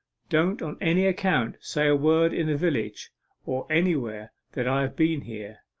don't on any account say a word in the village or anywhere that i have been here,